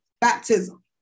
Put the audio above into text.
baptism